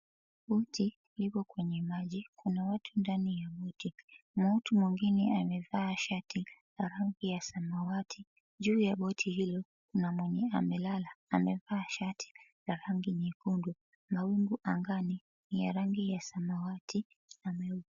Boti liko kwenye maji, kuna watu ndani ya boti, mtu mwingine amevaa shati rangi ya samawati. Juu ya boti hilo kuna mwenye amelala amevaa shati la rangi nyekundu, mawingu angani ni ya rangi ya samawati na meupe.